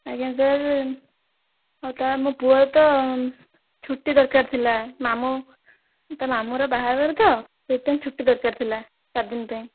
ଆଜ୍ଞା ସାର୍ ହେଉ ସାର୍ ମୋ ପୁଅର ତ ଛୁଟି ଦରକାର ଥିଲା ମାମୁଁ ତା' ମାମୁଁର ବାହାଘର ତ ସେଥିପାଇଁ ଛୁଟି ଦରକାର ଥିଲା ଚାରିଦିନ ପାଇଁ